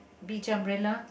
beach umbrella